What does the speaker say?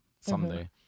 someday